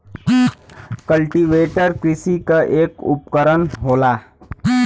cultivator कृषि क एक उपकरन होला